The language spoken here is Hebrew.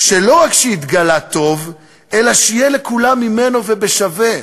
לא רק שהתגלה טוב, אלא שיהיה לכולם ממנו, ובשווה.